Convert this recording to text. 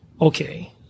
okay